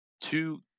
two